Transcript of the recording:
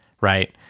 right